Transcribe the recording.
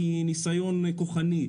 כניסיון כוחני,